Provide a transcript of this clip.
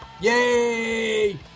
Yay